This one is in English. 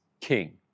king